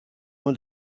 ond